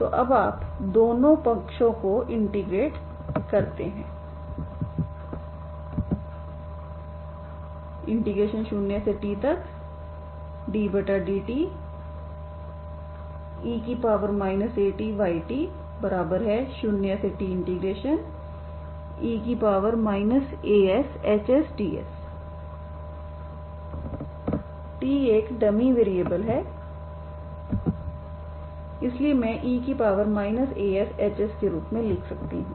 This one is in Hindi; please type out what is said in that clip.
तो अब आप दोनों पक्षों को इंटीग्रेट करते हैं 0tddte Aty0te Ashdst एक डमी वैरिएबल है इसलिए मैं e Ash के रूप में लिख सकती हूं